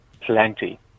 plenty